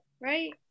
right